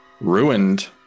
ruined